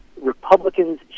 Republicans